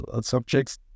Subjects